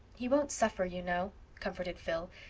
he won't suffer, you know, comforted phil,